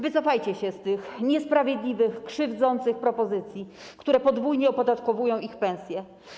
Wycofajcie się z tych niesprawiedliwych, krzywdzących propozycji, które podwójnie opodatkowują ich pensję.